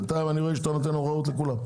בינתיים אני רואה שאתה נותן הוראות לכולם.